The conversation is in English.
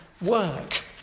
work